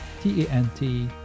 t-a-n-t